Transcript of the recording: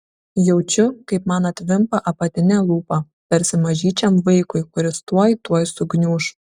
jaučiu kaip man atvimpa apatinė lūpa tarsi mažyčiam vaikui kuris tuo tuoj sugniuš